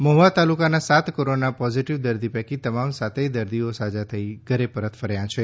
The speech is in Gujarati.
મહ્વા તાલુકાનાં સાત કોરોના પોઝિટિવ દર્દી પૈકી તમામ સાતેય દર્દીઓ સાજા થઈ ઘરે પરત ફર્યા છે